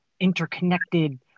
interconnected